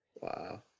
Wow